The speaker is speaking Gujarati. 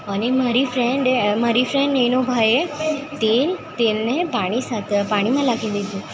અને મારી ફ્રેન્ડે મારી ફ્રેન્ડ એનો ભાઈએ તેલ તેલને પાણી સાથે પાણીમાં નાખી દીધું